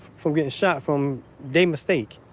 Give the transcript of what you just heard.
for good shot from they mistake.